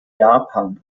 japan